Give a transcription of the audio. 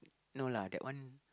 no lah that one